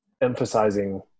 emphasizing